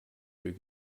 für